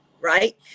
right